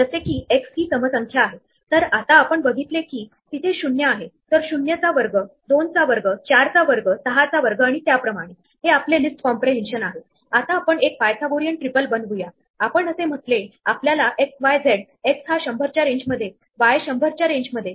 आता इथे आपण एक समस्या पाहिली ती म्हणजे आपण एकाच मुव्ह मध्ये x1 पासून x2 पर्यंत पोहोचत आहोत नंतर x2 पासून पोहोचू शकणारे स्क्वेअर हे x1 मध्ये देखील समाविष्ट आहेत